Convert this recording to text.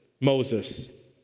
Moses